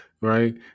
right